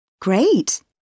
Great